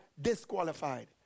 disqualified